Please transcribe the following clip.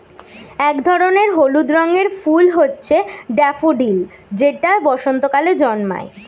এক ধরনের হলুদ রঙের ফুল হচ্ছে ড্যাফোডিল যেটা বসন্তকালে জন্মায়